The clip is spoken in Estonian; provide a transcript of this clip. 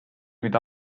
mida